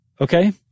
Okay